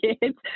kids